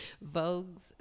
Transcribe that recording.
Vogue's